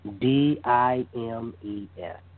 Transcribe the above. D-I-M-E-S